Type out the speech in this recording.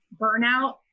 burnout